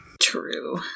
True